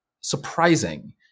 surprising